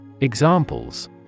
Examples